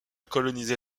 colonisé